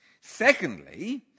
Secondly